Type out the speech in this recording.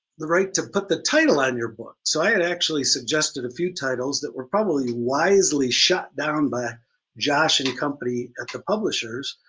the right to put the title on your book. so i had actually suggested a few titles that were probably wisely shot down by josh and company at the publishers.